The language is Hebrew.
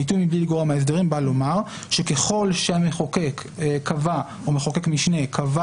הביטוי מבלי לגרוע מההסדרים בא לומר שככל שהמחוקק או מחוקק משנה קבע